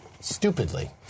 stupidly